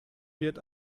wird